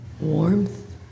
warmth